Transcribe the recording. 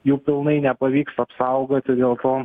jų pilnai nepavyksta apsaugoti dėl to